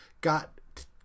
got